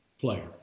player